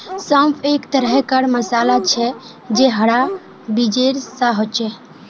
सौंफ एक तरह कार मसाला छे जे हरा बीजेर सा होचे